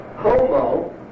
HOMO